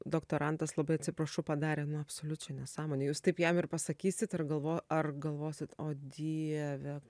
doktorantas labai atsiprašau padarė nu absoliučią nesąmonę jūs taip jam ir pasakysit ar galvo ar galvosit o dieve